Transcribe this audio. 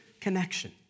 connection